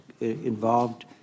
involved